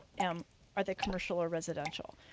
um are they commercial or residential?